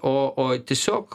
o o tiesiog